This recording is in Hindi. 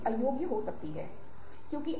बातचीत का रास्ता क्या है